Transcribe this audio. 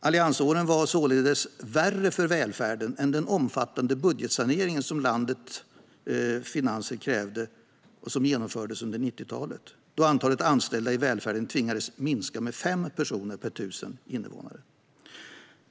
Alliansåren var således värre för välfärden än den omfattande budgetsanering som landets finanser krävde och som genomfördes under 90-talet, då man tvingades minska antalet anställda i välfärden med 5 personer per 1 000 invånare.